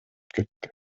кетти